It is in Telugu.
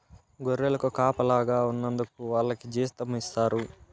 గొర్రెలకు కాపలాగా ఉన్నందుకు వాళ్లకి జీతం ఇస్తారు